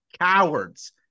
cowards